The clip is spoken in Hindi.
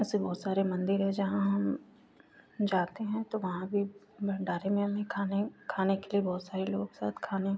ऐसे बहुत सारे मन्दिर हैं जहाँ हम जाते हैं तो वहाँ भी भण्डारे में हमें खाने खाने के लिए बहुत सारे लोगों के साथ खाने